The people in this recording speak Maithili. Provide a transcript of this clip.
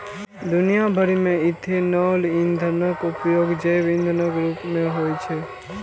दुनिया भरि मे इथेनॉल ईंधनक उपयोग जैव ईंधनक रूप मे होइ छै